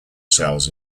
cells